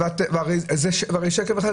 זה הרי שקר וכזב,